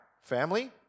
Family